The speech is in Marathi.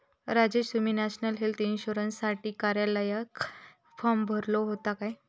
राजेश, तुम्ही नॅशनल हेल्थ इन्शुरन्ससाठी कार्यालयात फॉर्म भरलो होतो काय?